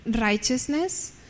righteousness